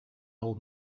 old